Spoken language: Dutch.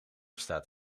staat